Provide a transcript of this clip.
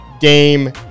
game